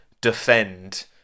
defend